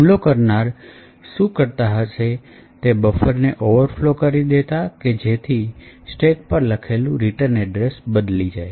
હુમલો કરનાર શું કરતા કે તે બફર ને ઓવરફ્લો કરી દેતા કે જેથી સ્ટેક પર લખેલું રિટર્ન એડ્રેસ બદલી જાય